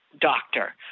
doctor